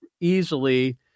easily